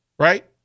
Right